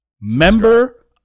member